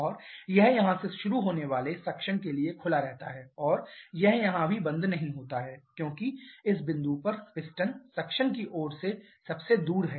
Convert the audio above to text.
और यह यहां से शुरू होने वाले सक्शन के लिए खुला रहता है और यह यहां भी बंद नहीं होता है क्योंकि इस बिंदु पर पिस्टन सक्शन की ओर से सबसे दूर है